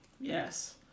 Yes